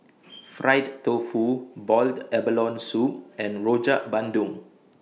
Fried Tofu boiled abalone Soup and Rojak Bandung